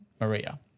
Maria